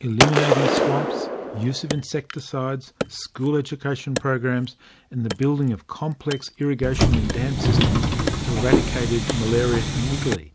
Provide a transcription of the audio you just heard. eliminating swamps, use of insecticides, school education programs and the building of complex irrigation and dam systems eradicated malaria in italy